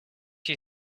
you